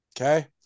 Okay